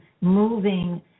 moving